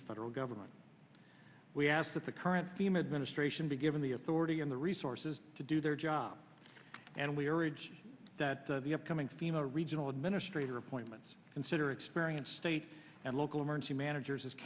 the federal government we ask that the current team administration be given the authority and the resources to do their job and we urge that the upcoming fema regional administrator appointments consider experienced state and local emergency managers